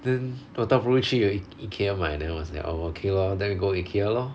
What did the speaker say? then 多大不如去 i~ Ikea 买 then I was like oh okay lor then we go Ikea lor